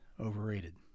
overrated